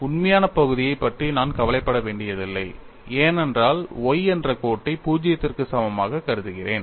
உண்மையான பகுதியை பற்றி நான் கவலைப்பட வேண்டியதில்லை ஏனென்றால் y என்ற கோட்டை 0 க்கு சமமாக கருதுகிறேன்